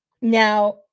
Now